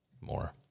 more